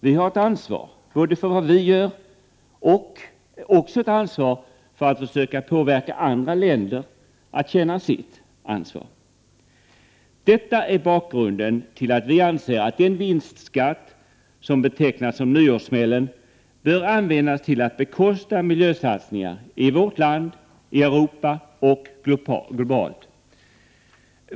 Vi har ett ansvar både för vad vi gör och för att söka påverka andra länder att känna sitt ansvar. Detta är bakgrunden till att vi anser att den vinstskatt som betecknats som ”nyårssmällen” bör användas till att bekosta miljösatsningar i vårt land, i Europa och globalt.